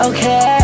Okay